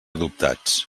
adoptats